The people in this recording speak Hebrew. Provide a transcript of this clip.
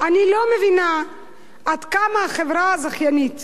אני לא מבינה עד כמה החברה הזכיינית